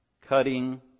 cutting